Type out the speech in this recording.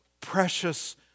precious